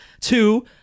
two